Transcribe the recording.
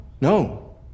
No